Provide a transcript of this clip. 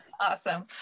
Awesome